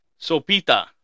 sopita